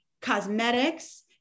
cosmetics